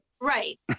Right